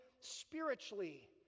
spiritually